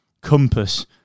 compass